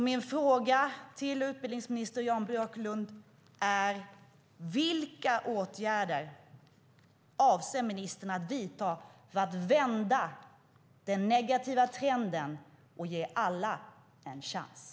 Mon fråga till utbildningsminister Jan Björklund är: Vilka åtgärder avser ministern att vidta för att vända den negativa trenden och ge alla en chans?